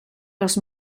los